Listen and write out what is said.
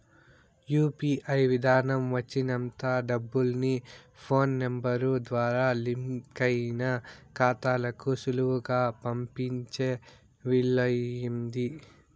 UPI విదానం వచ్చినంత డబ్బుల్ని ఫోన్ నెంబరు ద్వారా లింకయిన కాతాలకు సులువుగా పంపించే వీలయింది